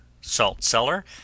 salt-cellar